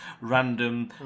random